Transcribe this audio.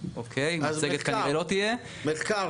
זאת אומרת, מחקר.